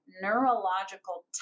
neurological